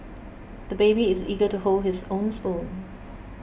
the baby is eager to hold his own spoon